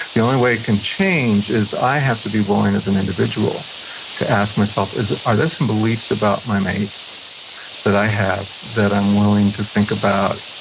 the only way it can change is i have to be willing as an individual to ask myself, are there some beliefs about my mate that i have that i'm willing to think about,